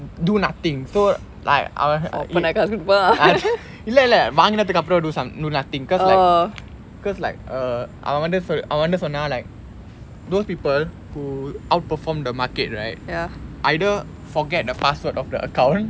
do nothing so like இல்லை இல்லை வாங்குனதக்கு அப்பிரம்:illai illai vaangunathakku appirum do some do nothing cause like cause like err அவன் வந்து சொன்னான் அவன் வந்து சொன்னான்:avan vanthu sonnaan avan vanthu sonnaan like fanatic those people who outperformed the market right either forget the password of the account